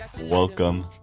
Welcome